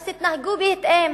אז תתנהגו בהתאם.